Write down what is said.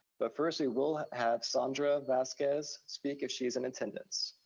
but first, we will have sandra vasquez speak if she is in attendance.